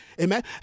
amen